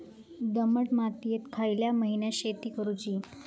दमट मातयेत खयल्या महिन्यात शेती करुची?